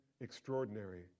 extraordinary